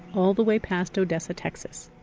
all the way past odessa, texas.